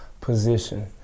position